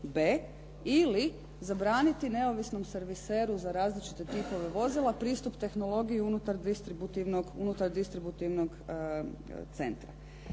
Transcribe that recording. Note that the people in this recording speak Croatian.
ili zabraniti neovisnom serviseru za različite tipove vozila pristup tehnologiji unutar distributivnog centra.